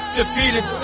defeated